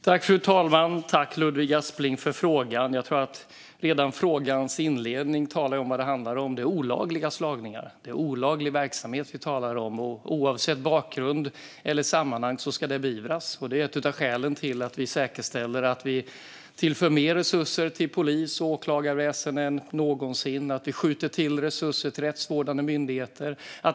Herr talman! Jag tackar Ludvig Aspling för frågan. Redan frågans inledning talar ju om vad det handlar om. Det här är olagliga slagningar och olaglig verksamhet, och oavsett bakgrund och sammanhang ska det beivras. Det är ett av skälen till att vi tillför mer resurser till polis och åklagarväsen än någonsin och skjuter till resurser till rättsvårdande myndigheter.